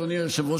אדוני היושב-ראש,